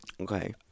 Okay